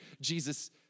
Jesus